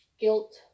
guilt